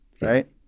right